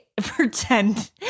pretend